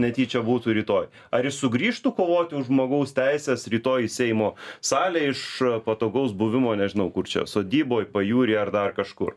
netyčia būtų rytoj ar jis sugrįžtų kovoti už žmogaus teises rytoj į seimo salę iš patogaus buvimo nežinau kur čia sodyboj pajūry ar dar kažkur